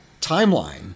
timeline